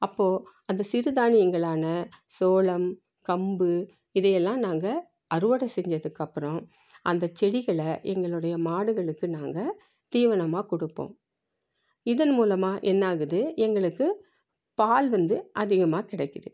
அப்போது அந்த சிறுதானியங்களான சோளம் கம்பு இதையெல்லாம் நாங்கள் அறுவடை செஞ்சதுக்கப்புறம் அந்த செடிகளை எங்களுடைய மாடுகளுக்கு நாங்கள் தீவனமாக கொடுப்போம் இதன் மூலமாக என்னாகுது எங்களுக்கு பால் வந்து அதிகமாக கிடைக்குது